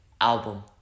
album